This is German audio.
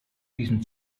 diesen